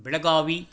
Belagavi